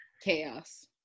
chaos